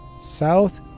South